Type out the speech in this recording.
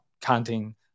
counting